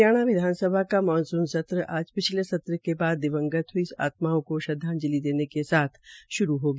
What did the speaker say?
हरियाणा विधानसभा का सत्र मानसून सत्र आज पिछले सत्र के बाद दिवंगत हई आत्माओं को श्रद्वाजंलि देने के साथ श्रू हो गया